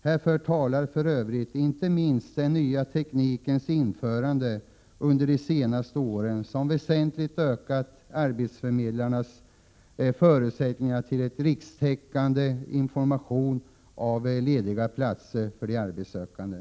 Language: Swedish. Härför talar för övrigt inte minst den nya teknikens införande under de senaste åren, vilket väsentligt ökat arbetsförmedlarnas förutsättningar till rikstäckande information om lediga platser för de arbetssökande.